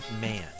man